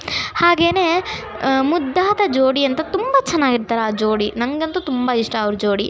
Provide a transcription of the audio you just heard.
ಹಾಗೆಯೇ ಮುದ್ದಾದ ಜೋಡಿ ಅಂತ ತುಂಬ ಚೆನ್ನಾಗಿರ್ತಾರೆ ಆ ಜೋಡಿ ನನಗಂತೂ ತುಂಬ ಇಷ್ಟ ಅವ್ರ ಜೋಡಿ